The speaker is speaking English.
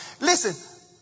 Listen